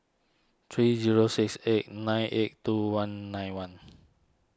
three zero six eight nine eight two one nine one